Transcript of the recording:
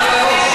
שאלה.